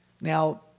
Now